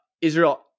Israel